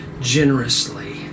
generously